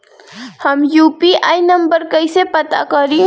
हम UPI number कइसे पता करी?